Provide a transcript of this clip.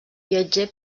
viatger